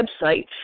website